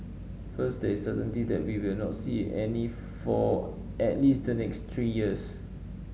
first there is certainty that we will not see any for at least the next three years